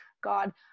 god